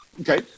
Okay